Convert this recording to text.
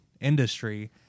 industry